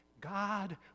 God